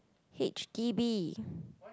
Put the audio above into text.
h_d_b